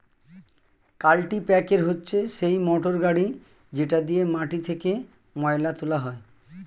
কাল্টিপ্যাকের হচ্ছে সেই মোটর গাড়ি যেটা দিয়ে মাটি থেকে ময়লা তোলা হয়